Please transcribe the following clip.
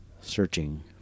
searching